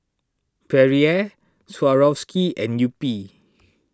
Perrier Swarovski and Yupi